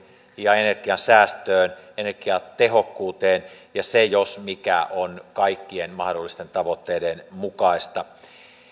ja energiansäästöön energiatehokkuuteen ja se jos mikä on kaikkien mahdollisten tavoitteiden mukaista